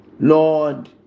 Lord